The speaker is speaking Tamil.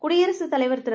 குடியரசுதலைவர்திரு